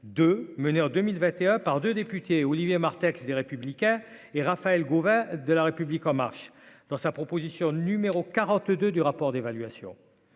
de mener en 2021 par 2 députés, Olivier Martin des républicains et Raphaël Gauvain de la République en marche dans sa proposition numéro 42 du rapport d'évaluation,